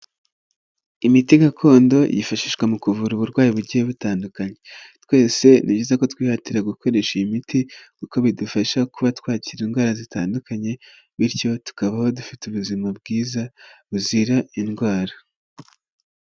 Imiti gakondo yifashishwa mu kuvura uburwayi bugiye butandukanye. Twese ni byiza ku twihatira gukoresha iyi miti kuko bidufasha kuba twakira indwara zitandukanye, bityo tukabaho dufite ubuzima bwiza buzira indwara.